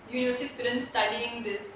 university students studying this